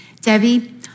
Debbie